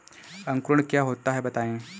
अंकुरण क्या होता है बताएँ?